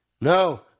No